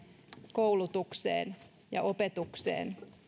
koulutukseen ja opetukseen